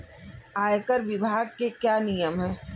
आयकर विभाग के क्या नियम हैं?